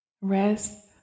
rest